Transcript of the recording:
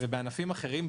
בענפים אחרים,